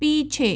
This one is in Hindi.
पीछे